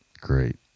Great